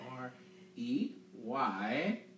R-E-Y